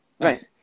right